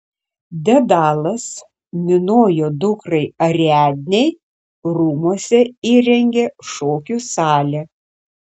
dedalas minojo dukrai ariadnei rūmuose įrengė šokių salę